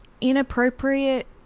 inappropriate